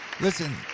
Listen